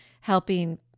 helping